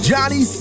Johnny